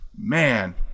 Man